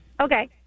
Okay